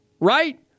Right